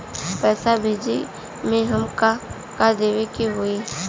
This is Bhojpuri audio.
पैसा भेजे में हमे का का देवे के होई?